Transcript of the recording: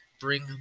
Bring